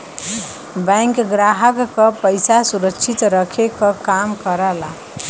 bank ग्राहक क पइसा सुरक्षित रखे क काम करला